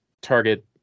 Target